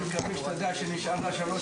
הישיבה ננעלה בשעה 13:51.